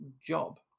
job